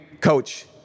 coach